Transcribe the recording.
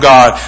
God